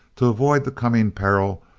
to avoid the coming peril,